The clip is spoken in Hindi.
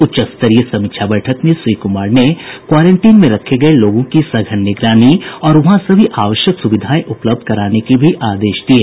उच्च स्तरीय समीक्षा बैठक में श्री कुमार ने क्वारेंटीन में रखे गये लोगों की सघन निगरानी और वहां सभी आवश्यक सुविधाएं उपलब्ध कराने के भी आदेश दिये